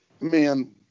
man